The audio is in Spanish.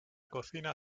cocina